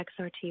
XRT